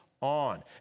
on